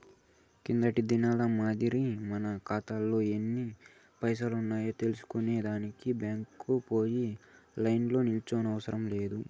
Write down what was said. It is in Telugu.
కిందటి దినాల మాదిరి మన కాతాలో ఎన్ని పైసలున్నాయో తెల్సుకునే దానికి బ్యాంకుకు పోయి లైన్లో నిల్సోనవసరం లే